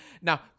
Now